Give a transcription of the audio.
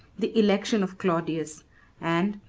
the election of claudius and,